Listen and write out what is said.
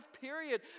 period